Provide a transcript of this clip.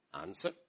Answer